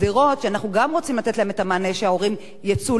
שאנחנו רוצים לתת גם להם את המענה שההורים יצאו לעבוד,